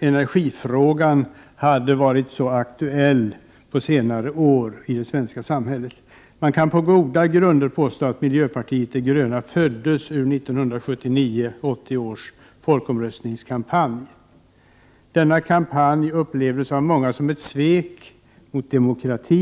energifrågan blivit så aktuell i det svenska samhället under senare år. Man kan på goda grunder påstå att miljöpartiet de gröna föddes ur 1979—1980 års folkomröstningskampanj om kärnkraften. Denna kampanj upplevdes av många som ett svek mot demokratin.